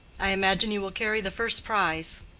i imagine you will carry the first prize.